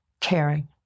caring